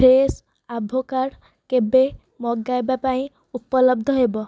Fresho avocado କେବେ ମଗାଇବା ପାଇଁ ଉପଲବ୍ଧ ହେବ